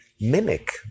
mimic